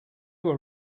were